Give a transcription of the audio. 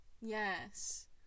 yes